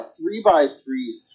three-by-three